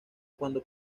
cuando